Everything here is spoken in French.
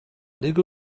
lego